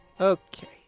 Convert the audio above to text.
Okay